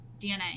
DNA